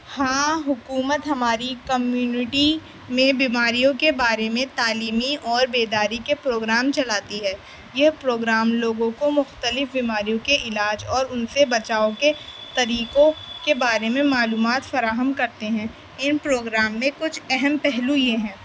ہاں حکومت ہماری کمیونٹی میں بیماریوں کے بارے میں تعلیمی اور بیداری کے پروگرام چلاتی ہے یہ پروگرام لوگوں کو مختلف بیماریوں کے علاج اور ان سے بچاؤ کے طریقوں کے بارے میں معلومات فراہم کرتے ہیں ان پروگرام میں کچھ اہم پہلو یہ ہیں